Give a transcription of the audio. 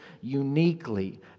uniquely